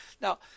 Now